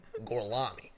Gorlami